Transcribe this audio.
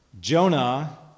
Jonah